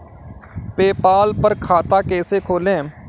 PayPal पर खाता कैसे खोलें?